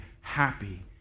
happy